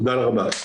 תודה רבה.